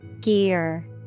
Gear